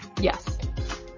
Yes